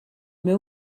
meu